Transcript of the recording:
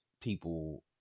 people